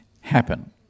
happen